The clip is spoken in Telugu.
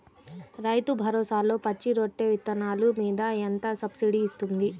రైతు భరోసాలో పచ్చి రొట్టె విత్తనాలు మీద ఎంత సబ్సిడీ ఇస్తుంది?